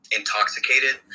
intoxicated